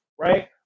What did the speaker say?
right